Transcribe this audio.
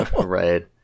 Right